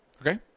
Okay